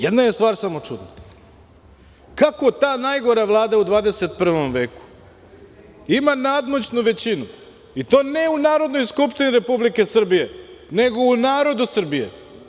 Jedna je stvar samo čudna, kako ta najgora Vlada u 21. veku ima nadmoćnu većinu i to ne u Narodnoj skupštini Republike Srbije, nego u narodu Srbije.